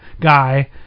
guy